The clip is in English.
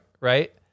right